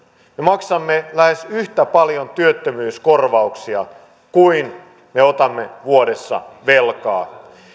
me maksamme lähes yhtä paljon työttömyyskorvauksia kuin me otamme vuodessa velkaa